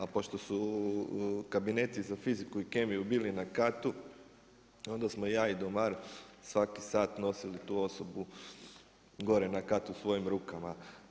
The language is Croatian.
A pošto su kabineti za fiziku i kemiju bili na katu, onda smo ja i domar svaki sat nosili tu osobu gore na kat u svojim rukama.